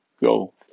go